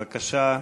בבקשה.